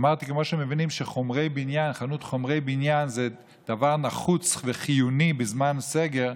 אמרתי שכמו שמבינים שחנות חומרי בניין זה דבר נחוץ וחיוני בזמן סגר,